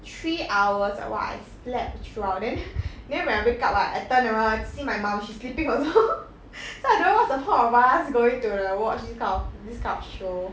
three hours uh !wah! I slept throughout then then when I wake up what I turn around I see my mom she's sleeping also so I don't know what's the point of us going to the watch this kind of this kind of show